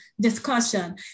discussion